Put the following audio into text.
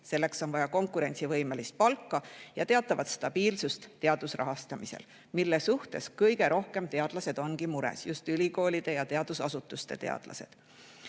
Selleks on vaja konkurentsivõimelist palka ja teatavat stabiilsust teaduse rahastamisel. Viimase pärast ongi teadlased kõige rohkem mures, just ülikoolide ja teadusasutuste teadlased.